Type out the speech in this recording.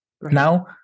Now